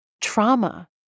trauma